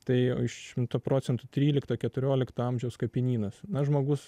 tai šimtu procentų trylikto keturiolikto amžiaus kapinynas na žmogus